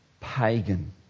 pagan